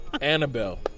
Annabelle